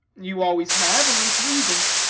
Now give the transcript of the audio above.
you always have, and with reason.